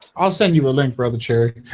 i'll send you a link brother. cherry.